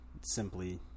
simply